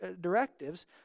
directives